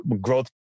growth